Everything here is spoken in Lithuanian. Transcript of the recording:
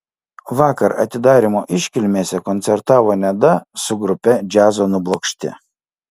vakar atidarymo iškilmėse koncertavo neda su grupe džiazo nublokšti